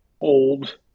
old